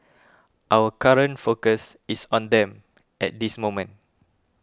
our current focus is on them at this moment